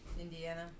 indiana